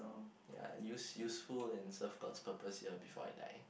ya use useful and serve god's purpose ya before I die